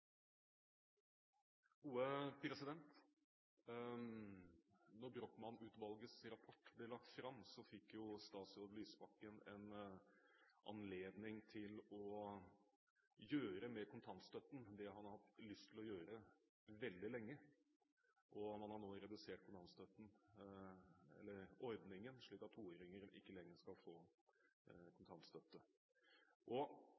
rapport ble lagt fram, fikk statsråd Lysbakken en anledning til å gjøre med kontantstøtten det han har hatt lyst til å gjøre veldig lenge. Han har nå redusert ordningen slik at toåringer ikke lenger skal få kontantstøtte. Et viktig argument for Lysbakken var nettopp at kontantstøtten virket hemmende på integreringen når det gjaldt kvinner, og